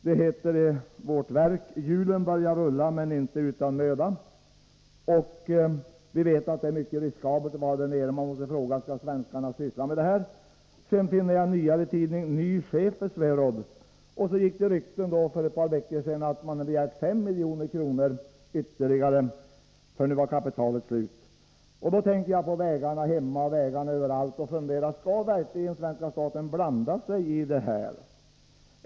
I Vårt verk heter det: ”Hjulen börjar rulla — men inte utan möda.” Vi vet att det är mycket riskabelt att vara där nere, och man kan ställa frågan: Skall svenskarna syssla med detta? I ett senare nummer av samma tidning heter det: ”Ny chef för SweRoad.” Och för ett par veckor sedan gick rykten om att man begärt ytterligare 5 milj.kr., eftersom kapitalet var slut. Jag tänker då på vägarna hemma och överallt i vårt land och gör reflexionen: Skall verkligen svenska staten blanda sig i det här?